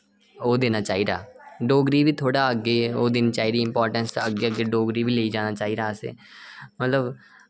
ओह् देना चाहिदा डोगरी बी थोह्ड़ा अग्गै ओ देनी चाहिदी इम्पोर्टेंस अग्गै अग्गै डोगरी बी लेई जाना चाहिदा असें मतलब